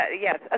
yes